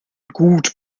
gut